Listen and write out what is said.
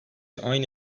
aynı